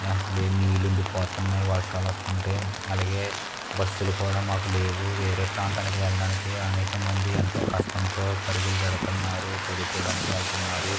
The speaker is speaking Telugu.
అసలే నీళ్ళు ఉండిపోతున్నాయి వర్షాలు వస్తుంటే అలాగే బస్సులు కూడా మాకు లేవు వేరే ప్రాంతానికి వెళ్ళడానికి అనేకమంది కష్టంతో పరుగులు పెడుతున్నారు చదువుకోవడానికి వెళుతున్నారు